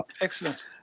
Excellent